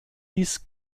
dies